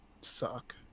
Suck